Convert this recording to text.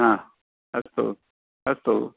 आ अस्तु अस्तु